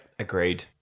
Agreed